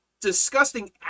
disgusting